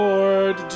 Lord